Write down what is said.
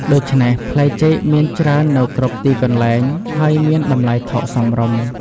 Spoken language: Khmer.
ដូច្នេះផ្លែចេកមានច្រើននៅគ្រប់ទីកន្លែង ហើយមានតម្លៃថោកសមរម្យ។